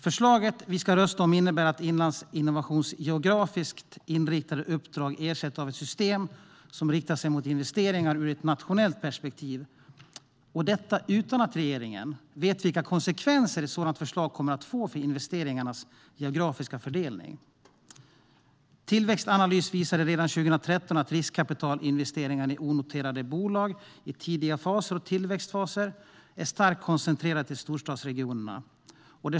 Förslaget vi ska rösta om innebär att Innlandsinnovations geografiskt inriktade uppdrag ersätts av ett system som riktar sig mot investeringar ur ett nationellt perspektiv, och detta utan att regeringen vet vilka konsekvenser ett sådant förslag kommer att få för investeringarnas geografiska fördelning. Tillväxtanalys visade redan 2013 att riskkapitalinvesteringar i onoterade bolag i tidiga faser och tillväxtfaser är starkt koncentrerade till storstadsregionerna.